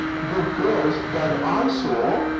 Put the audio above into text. the ghost that i saw?